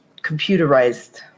computerized